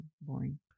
boring